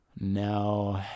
No